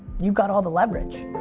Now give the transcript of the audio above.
you've got all the leverage.